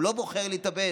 הוא לא בוחר להתאבד.